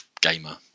gamer